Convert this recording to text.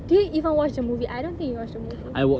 did you even watch the movie I don't think you watched the movie